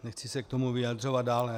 Nechci se k tomu vyjadřovat dál.